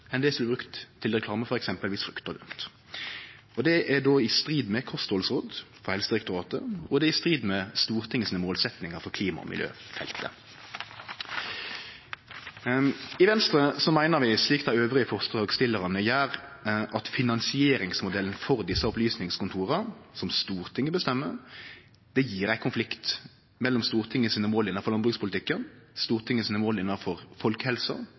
enn det som blir brukt til reklame for f.eks. frukt og grønt. Det er i strid med kosthaldsråd frå Helsedirektoratet, og det er i strid med Stortinget sine målsettingar på klima- og miljøfeltet. I Venstre meiner vi – slik dei andre forslagsstillarane gjer – at finansieringsmodellen for desse opplysningskontora, som Stortinget bestemmer, gjev ein konflikt mellom Stortinget sine mål innanfor landbrukspolitikken, Stortinget sine mål for folkehelsa og måla innanfor